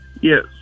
Yes